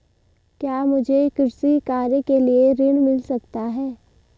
क्या मुझे कृषि कार्य के लिए ऋण मिल सकता है?